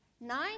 Nine